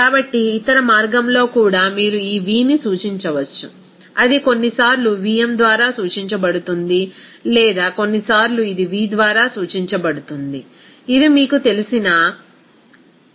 కాబట్టి ఇతర మార్గంలో కూడా మీరు ఈ vని సూచించవచ్చు అది కొన్నిసార్లు Vm ద్వారా సూచించబడుతుంది లేదా కొన్నిసార్లు ఇది V ద్వారా సూచించబడుతుంది ఇది మీకు తెలిసిన టోపీ